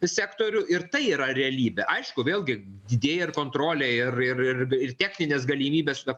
sektorių ir tai yra realybė aišku vėlgi didėja ir kontrolė ir ir ir ir techninės galimybės su ta